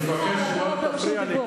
אני מבקש שלא תפריע לי.